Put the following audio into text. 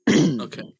Okay